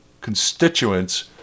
constituents